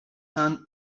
and